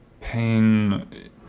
pain